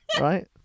Right